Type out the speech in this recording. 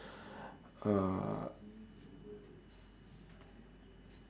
uh